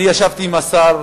אני ישבתי עם השר,